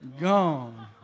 gone